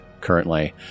currently